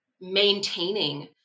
maintaining